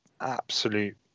absolute